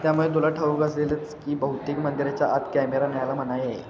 त्यामुळे तुला ठाऊक असेलच की बहुतेक मंदिराच्या आत कॅमेरा न्यायला मनाई आहे